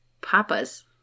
papa's